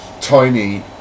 Tiny